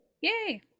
Yay